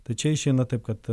tai čia išeina taip kad